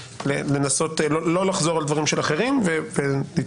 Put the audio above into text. לנסות לא לחזור על דברים של אחרים ולהתקדם.